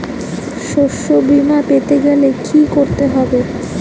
শষ্যবীমা পেতে গেলে কি করতে হবে?